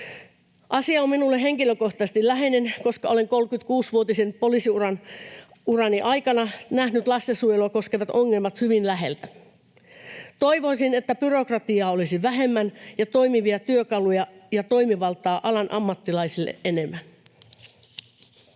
Asia on minulle henkilökohtaisesti läheinen, koska olen 36-vuotisen poliisiurani aikana nähnyt lastensuojelua koskevat ongelmat hyvin läheltä. Toivoisin, että byrokratiaa olisi vähemmän ja toimivia työkaluja ja toimivaltaa alan ammattilaisille enemmän.